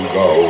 go